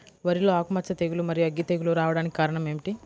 వరిలో ఆకుమచ్చ తెగులు, మరియు అగ్గి తెగులు రావడానికి కారణం ఏమిటి?